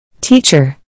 Teacher